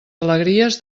alegries